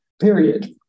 period